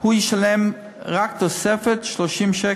ישלם רק תוספת של 30 שקל,